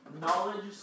Knowledge